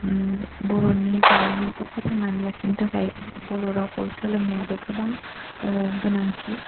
बर'नि जारिमिनखौ फोथांनानै लोखिनो थाखाय बर' रावखौ सोलोंनाया गोबां गोनांथि